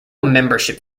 membership